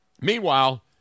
meanwhile